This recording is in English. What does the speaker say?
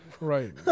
right